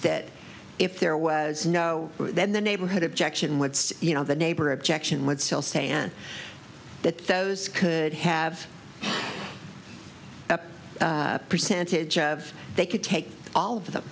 that if there was no then the neighborhood objection would say you know the neighbor objection would still stay in that those could have a percentage of they could take all of them